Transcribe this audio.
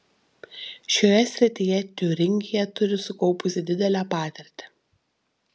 šioje srityje tiūringija turi sukaupusi didelę patirtį